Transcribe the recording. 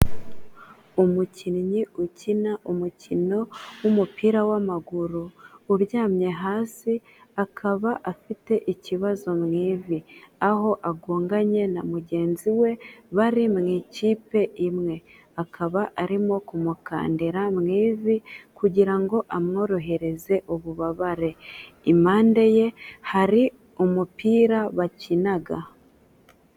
Umukinnyi ukina umukino w'umupira w'amaguru uryamye hasi akaba afite ikibazo mu ivi, aho agonganye na mugenzi we bari mu ikipe imwe, akaba arimo kumukandira mu ivi kugira ngo amworohereze ububabare. Impande ye hari umupira bakinaga.